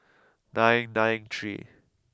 nine nine three